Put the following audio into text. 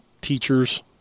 teachers